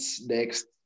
next